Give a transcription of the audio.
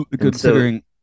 Considering